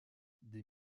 des